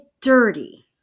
dirty